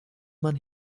man